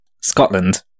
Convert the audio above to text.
Scotland